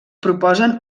proposen